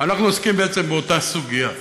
אנחנו עוסקים בעצם באותה סוגיה.